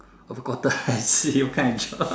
of a quarter I see what kind of job